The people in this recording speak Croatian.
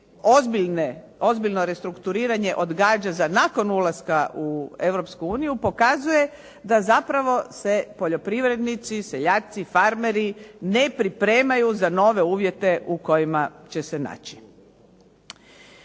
ozbiljno restrukturiranje odgađa za nakon ulaska u Europsku uniju pokazuje da zapravo se poljoprivrednici, seljaci, farmeri ne pripremaju za nove uvjete u kojima će se naći.